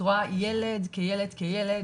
את רואה ילד כילד כילד,